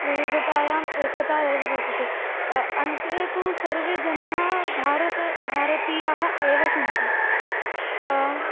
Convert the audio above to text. विविधतायाम् एकता एव वर्तते अन्ते तु सर्वे जनाः भारत भारतीयाः एव सन्ति बाम्